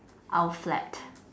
our flat